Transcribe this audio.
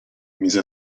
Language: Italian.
mise